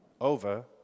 over